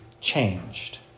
changed